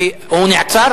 הוא נעצר?